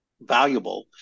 valuable